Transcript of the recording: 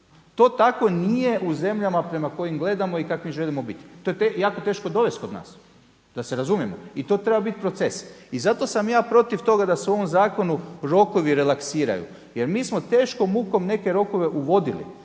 To tako nije u zemljama prema kojim gledamo i kakvim želimo biti. To je jako teško dovesti kod nas, da se razumijemo. I to treba biti proces. I zato sam ja protiv toga da se u ovom zakonu rokovi relaksiraju jer mi smo teškom mukom neke rokove uvodili.